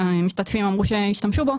מהמשתתפים אמרו שהשתמשו בו,